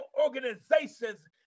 organizations